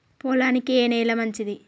పొలానికి ఏ నేల మంచిది?